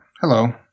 hello